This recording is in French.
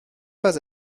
pas